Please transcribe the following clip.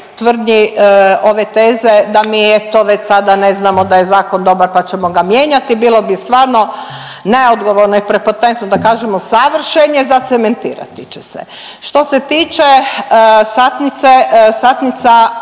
tvrdnji ove teze da mi, eto, već sada ne znamo da je zakon dobar pa ćemo ga mijenjati, bilo bi stvarno neodgovorno i prepotentno da kažemo savršen je, zacementirati će se. Što se tiče satnice, satnica